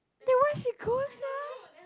ya why she go sia